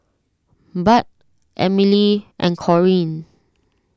Bud Emilee and Corine